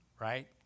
Right